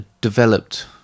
developed